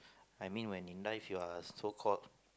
I mean when in life you are so called